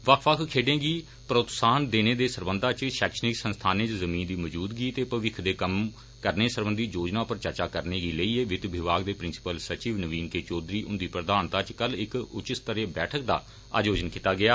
बक्ख बक्ख खेडडें गी प्रोत्साहन देने दे सरबंधा इच शैक्षिणिक संस्थानें इच जमीं दी मौजूदगी ते भविक्ख दे कम्म करने सरबंधी योजना पर चर्चा करने गी लेइयै वित्त विभाग दे प्रिंसिपल सचिव नवीन के चौघरी हुंदी प्रधानता इच कल इक उच्च स्तरीय बैठक दा आयोजन कीता गेआ